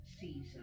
season